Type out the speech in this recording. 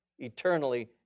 eternally